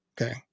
okay